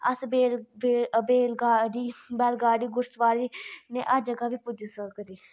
अस बेल बेल गाडी बैल गाडी घुड़सवारी नै हर जगह् बी पुज्जी सकदे